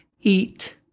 eat